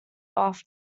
off